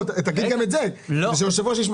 לא, תגיד גם את זה, כדי שהיושב ראש ישמע.